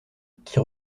qui